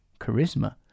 charisma